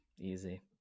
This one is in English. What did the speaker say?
easy